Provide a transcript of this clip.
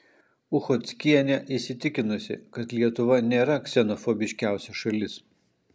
uchockienė įsitikinusi kad lietuva nėra ksenofobiškiausia šalis